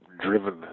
driven